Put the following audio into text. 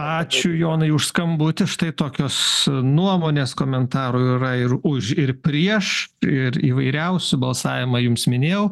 ačiū jonai už skambutį štai tokios nuomonės komentarų yra ir už ir prieš ir įvairiausių balsavimą jums minėjau